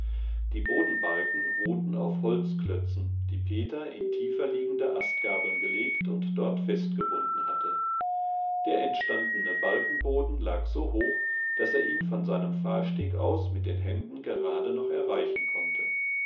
die bodenbalken ruhten auf holzklötzen die peter in tieferliegende astgabeln gelegt und dort festgebunden hatte der entstandene balkenboden lag so hoch daß er ihn von seinem fahrsteg aus mit den händen gerade noch erreichen konnte